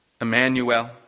Emmanuel